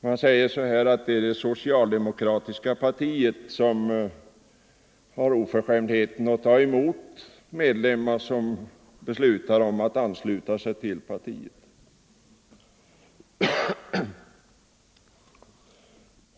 Man säger att det är det socialdemokratiska partiet som har oförskämdheten att ta emot medlemmar som beslutar att ansluta sig till partiet.